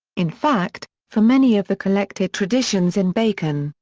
in fact, for many of the collected traditions in bacon,